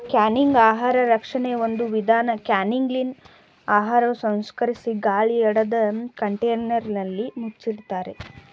canning ಆಹಾರ ಸಂರಕ್ಷಣೆ ಒಂದು ವಿಧಾನ ಕ್ಯಾನಿಂಗ್ಲಿ ಆಹಾರವ ಸಂಸ್ಕರಿಸಿ ಗಾಳಿಯಾಡದ ಕಂಟೇನರ್ನಲ್ಲಿ ಮುಚ್ತಾರೆ